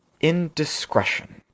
indiscretion